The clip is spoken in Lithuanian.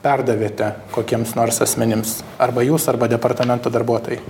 perdavėte kokiems nors asmenims arba jūs arba departamento darbuotojai